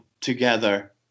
together